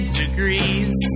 degrees